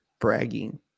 bragging